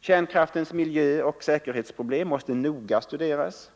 Kärnkraftens miljöoch säkerhetsproblem måste noga studeras.